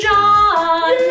John